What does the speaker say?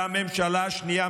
והממשלה השנייה,